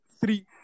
three